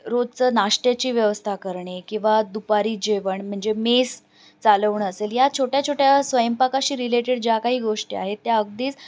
रोजचं नाष्ट्याची व्यवस्था करणे किंवा दुपारी जेवण म्हणजे मेस चालवणं असेल या छोट्या छोट्या स्वयंपाकाशी रिलेटेड ज्या काही गोष्टी आहेत त्या अगदीच